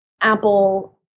Apple